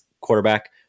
quarterback